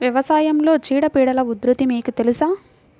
వ్యవసాయంలో చీడపీడల ఉధృతి మీకు తెలుసా?